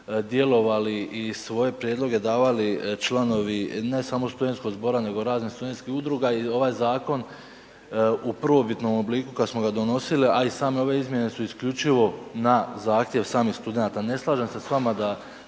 djelovali i svoje prijedloge davali članovi ne samo Studentskog zbora nego raznih studentskih udruga i ovaj zakon u prvobitnom obliku kada smo ga donosili, a i same ove izmjene su isključivo na zahtjev samih studenata. Ne slažem se s vama da